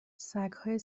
سگهای